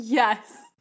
Yes